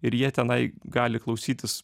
ir jie tenai gali klausytis